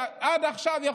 ועד עכשיו,